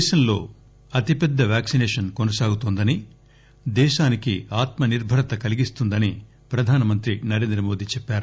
దేశంలో అతి పెద్ద వ్యాక్సినేషన్ కొనసాగుతోందని దేశానికి ఆత్మ నిర్చరత కలిగిస్తుందని ప్రధానమంత్రి నరేంద్రమోదీ చెప్పారు